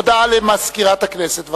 הודעה למזכירת הכנסת.